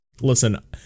Listen